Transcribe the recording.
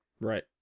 Right